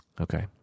Okay